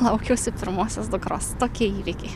laukiausi pirmosios dukros tokie įvykiai